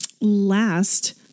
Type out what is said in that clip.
last